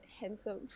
handsome